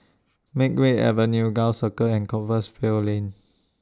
Makeway Avenue Gul Circle and Compassvale Lane